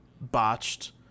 botched